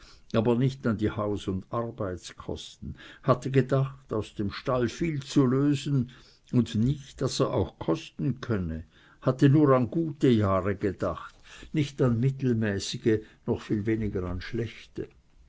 aber nicht an die haus und arbeitskosten hatte gedacht aus dem stall viel zu lösen und nicht daß er auch kosten könne hatte nur an gute jahre gedacht nicht an mittelmäßige noch viel weniger an schlechte